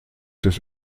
des